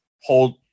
hold